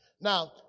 now